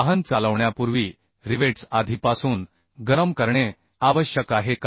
वाहन चालवण्यापूर्वी रिवेट्स आधीपासून गरम करणे आवश्यक आहे का